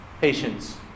patience